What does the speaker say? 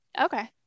okay